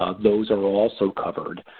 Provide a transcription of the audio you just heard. ah those are also covered.